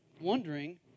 wondering